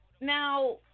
now